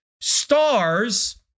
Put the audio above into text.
stars